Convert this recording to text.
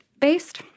based